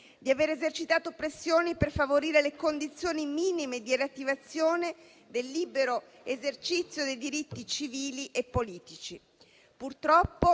di aver esercitato pressioni per favorire le condizioni minime di riattivazione del libero esercizio dei diritti civili e politici.